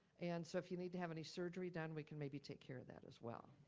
and so if you need to have any surgery done, we can maybe take care of that as well.